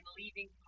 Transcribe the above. leaving